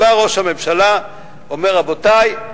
בא ראש הממשלה ואומר: רבותי,